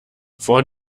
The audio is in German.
vor